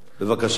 בבקשה.